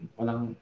walang